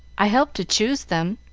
i helped to choose them,